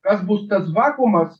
kas bus tas vakuumas